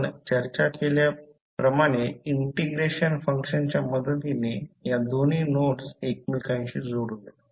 आपण चर्चा केलेल्या इंटिग्रेशन फंक्शनच्या मदतीने या दोन्ही नोड्स एकमेकांशी जोडूया